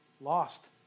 lost